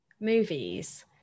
movies